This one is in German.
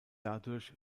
dadurch